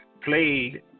played